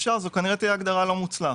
אפשר, אבל זאת כנראה תהיה הגדרה לא מוצלחת.